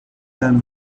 can